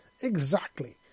Exactly